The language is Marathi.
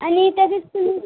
आणि तसेच तुम्ही